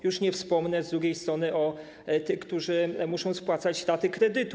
Już nie wspomnę z drugiej strony o tych, którzy muszą spłacać raty kredytu.